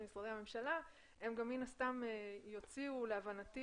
משרדי הממשלה הם גם מן הסתם יוציאו להבנתי,